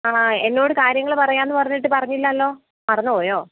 ആ എന്നോട് കാര്യങ്ങൾ പറയാമെന്ന് പറഞ്ഞിട്ട് പറഞ്ഞില്ലല്ലോ മറന്ന് പോയോ